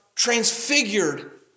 transfigured